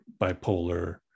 Bipolar